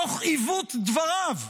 תוך עיוות דבריו,